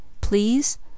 Please